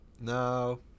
no